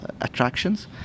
attractions